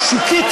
שוקית